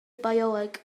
bioleg